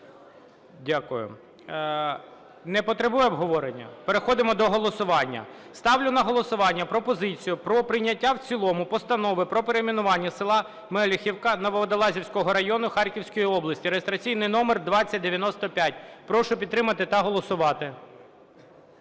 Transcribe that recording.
Дякую. Не потребує обговорення? Переходимо до голосування. Ставлю на голосування пропозицію про прийняття в цілому Постанови про перейменування села Мелихівка Нововодолазького району Харківської області (реєстраційний номер 2095). Прошу підтримати та голосувати.